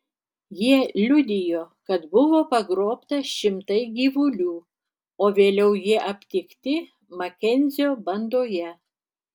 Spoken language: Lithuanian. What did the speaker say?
jie liudijo kad buvo pagrobta šimtai gyvulių o vėliau jie aptikti makenzio bandoje